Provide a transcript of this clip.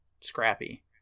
scrappy